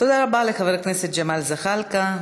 תודה לחבר הכנסת ג'מאל זחאלקה.